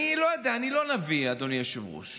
אני לא יודע, אני לא נביא, אדוני היושב-ראש.